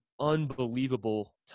unbelievable